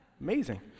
amazing